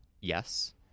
yes